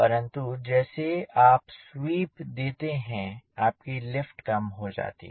परंतु जैसे आप स्वीप देते हैं आपकी लिफ्ट कम हो जाती है